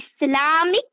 Islamic